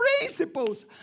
principles